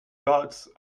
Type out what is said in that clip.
gulls